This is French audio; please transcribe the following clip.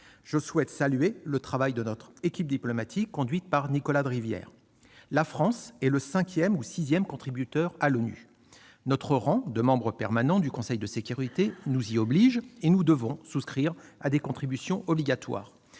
Je souhaite saluer notre équipe diplomatique, conduite par Nicolas de Rivière. La France est le cinquième ou sixième contributeur à l'ONU. Notre rang de membre permanent du Conseil de sécurité nous y oblige et nous devons souscrire à des contributions obligatoires.